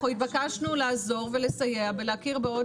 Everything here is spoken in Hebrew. אנחנו נתבקשנו לעזור ולסייע ולהכיר בעוד